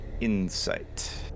insight